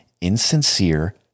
insincere